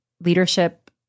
leadership